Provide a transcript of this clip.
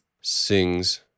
sings